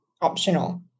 optional